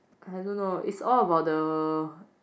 I don't know it's all about the